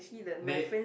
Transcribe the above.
they